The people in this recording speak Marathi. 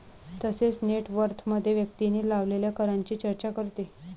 तसेच नेट वर्थमध्ये व्यक्तीने लावलेल्या करांची चर्चा करते